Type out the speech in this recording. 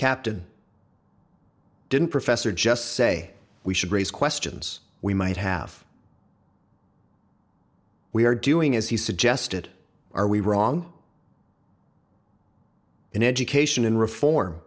captain didn't professor just say we should raise questions we might have we are doing as he suggested are we wrong in education and reform